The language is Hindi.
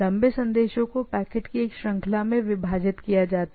लंबे संदेश पैकेट की एक श्रृंखला में विभाजित हो गए